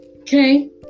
Okay